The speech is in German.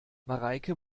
mareike